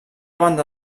banda